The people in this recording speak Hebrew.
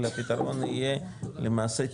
אלא הפתרון יהיה למעשה,